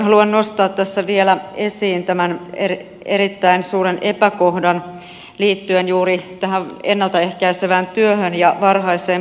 haluan nostaa tässä vielä esiin tämän erittäin suuren epäkohdan liittyen juuri tähän ennalta ehkäisevään työhön ja varhaiseen puuttumiseen